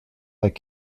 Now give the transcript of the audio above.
like